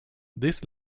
this